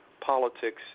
politics